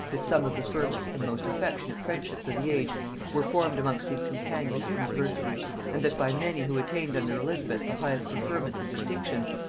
that some of the firmest and most affectionate friendships of the age were formed amongst these companions in adversity and that by many who attained under elizabeth the highest preferments and distinctions,